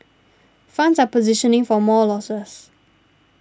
funds are positioning for more losses